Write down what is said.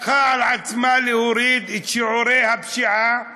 לקחה על עצמה להוריד את שיעורי הפשיעה ברחוב,